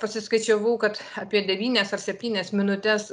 pasiskaičiavau kad apie devynias ar septynias minutes